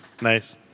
Nice